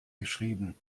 geschrieben